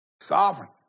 Sovereign